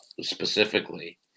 specifically